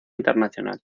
internacional